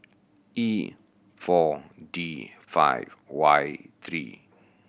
E Four D five Y three